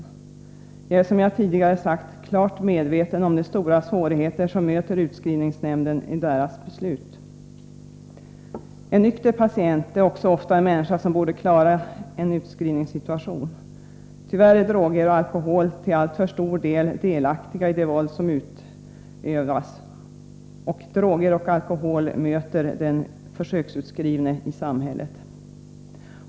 Jag är, som jag tidigare sagt, klart medveten om de stora svårigheter som möter utskrivningsnämnden när den skall fatta beslut. En nykter patient är ofta en människa som borde klara en utskrivningssituation. Tyvärr är droger och alkohol i alltför stor utsträckning delaktiga i det våld som utövas. Droger och alkohol möter den försöksutskrivne i samhället.